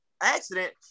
accident